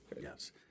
Yes